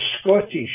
Scottish